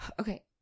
Okay